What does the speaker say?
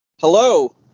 Hello